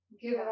Give